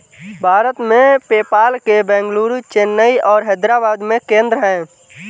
भारत में, पेपाल के बेंगलुरु, चेन्नई और हैदराबाद में केंद्र हैं